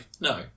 no